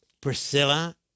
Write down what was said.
Priscilla